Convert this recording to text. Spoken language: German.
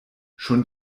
schon